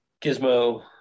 gizmo